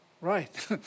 Right